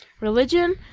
religion